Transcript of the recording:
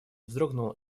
вздрогнул